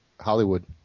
Hollywood